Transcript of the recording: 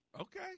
Okay